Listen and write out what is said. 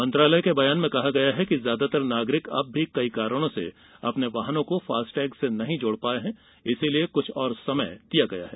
मंत्रालय के बयान में कहा गया है कि ज्यादातर नागरिक अब भी कई कारणों से अपने वाहनों को फास्टैग से नहीं जोड़ पाये हैं इसलिए कुछ और समय दिया गया है